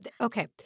Okay